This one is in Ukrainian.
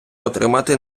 отримати